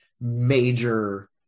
major